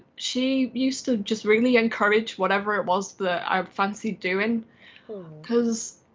she used to just really encourage whatever it was the fancy doing because